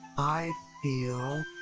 i feel.